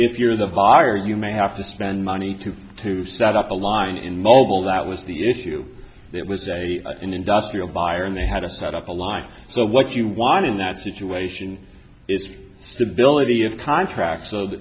if you're the virus you may have to spend money to to set up a line in mobile that was the issue that was a industrial buyer and they had a set up a line so what you want in that situation it's stability of contract